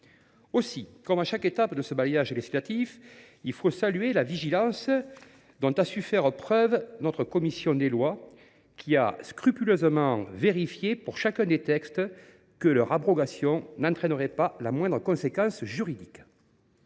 Aussi, comme à chaque étape de ce balayage législatif, il faut saluer la vigilance dont a su faire preuve notre commission des lois, qui a scrupuleusement vérifié, pour chacun des textes, que leur abrogation n’entraînerait pas la moindre conséquence juridique.